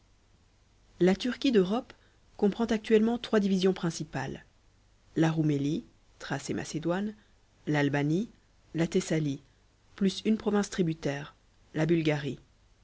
la turquie d'europe comprend actuellement trois divisions principales la roumélie thrace et macédoine l'albanie la thessalie plus une province tributaire la bulgarie